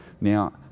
Now